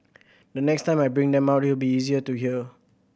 the next time I bring them out it will be easier to her